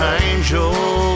angel